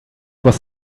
was